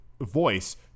voice